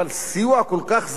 אבל סיוע כל כך זעום.